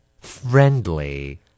friendly